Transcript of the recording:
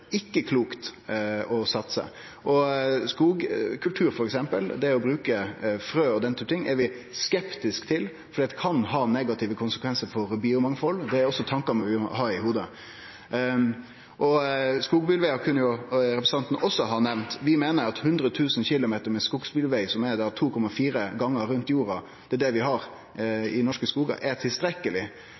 ikkje er klokt å satse, f.eks. innan skogkultur. Det å bruke frø, og den typen ting, er vi skeptiske til fordi det kan ha negative konsekvensar for biomangfaldet. Det er òg tankar vi må ha i hovudet. Representanten kunne også ha nemnt skogsbilvegar. Vi meiner at 100 000 km med skogsbilveg, som er 2,4 gonger rundt jorda, og som er det vi har i norske skogar, er tilstrekkeleg.